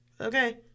Okay